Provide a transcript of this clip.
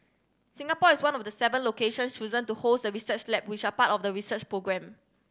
Singapore is one of the seven location chosen to host the research lab which are part of the research programme